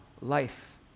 life